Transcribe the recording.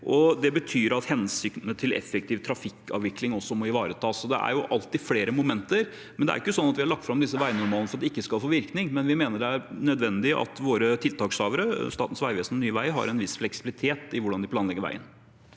det betyr at hensynet til effektiv trafikkavvikling også må ivaretas. Det er alltid flere momenter. Det er ikke slik at vi har lagt fram veinormaler som ikke skal få virkning, men vi mener det er nødvendig at våre tiltakshavere, Statens vegvesen og Nye veier, har en viss fleksibilitet i hvordan de planlegger veier.